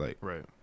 Right